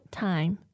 time